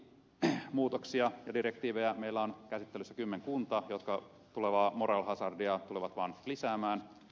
lakimuutoksia ja direktiivejä meillä on käsittelyssä kymmenkunta jotka tulevaa moral hazardia tulevat vaan lisäämään